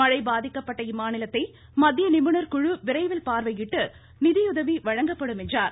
மழை பாதிக்கப்பட்ட இம்மாநிலத்தை மத்திய நிபுணர் குழு விரைவில் பார்வையிட்டு நிதியுதவி வழங்கப்படும் என்றார்